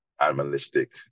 animalistic